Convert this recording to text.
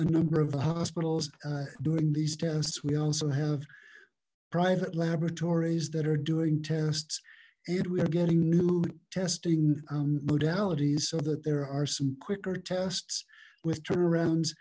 a number of the hospitals during these tests we also have private laboratories that are doing tests and we're getting new testing modalities so that there are some quicker tests with turnaround